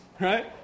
right